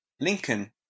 Lincoln